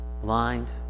blind